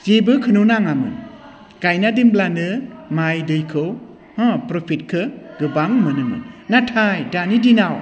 जेबोखौनो नाङामोन गायना दोनब्लानो माइ दैखौ होह प्रफिटखौ गोबां मोनोमोन नाथाय दानि दिनाव